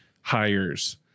hires